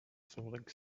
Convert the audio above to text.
falling